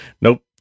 nope